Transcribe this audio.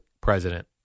president